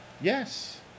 yes